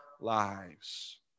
lives